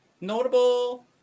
notable